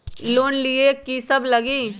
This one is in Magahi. लोन लिए की सब लगी?